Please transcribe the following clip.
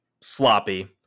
sloppy